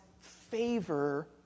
favor